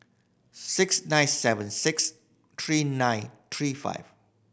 six nine seven six three nine three five